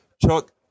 Chuck